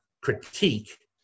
critique